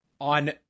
On